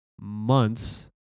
months